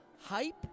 hype